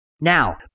Now